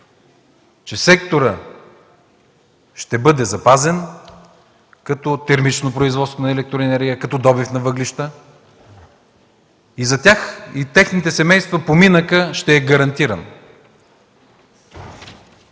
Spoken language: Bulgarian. че секторът ще бъде запазен като термично производство на електроенергия, като добив на въглища и за тях, и техните семейства поминъкът ще е гарантиран.